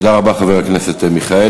תודה רבה לחבר הכנסת מיכאלי.